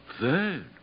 Third